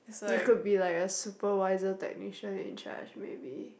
you could be like a super wiser technician in charge maybe